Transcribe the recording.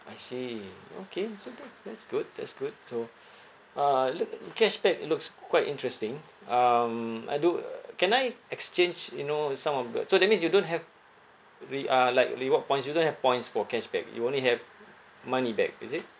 I see okay so that's that's good that's good so uh look cashback looks quite interesting um I do can I exchange you know some of the so that means you don't have re~ uh like reward points you don't have points for cashback you only have money back is it